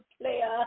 player